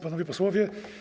Panowie Posłowie!